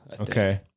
Okay